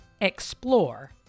EXPLORE